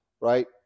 right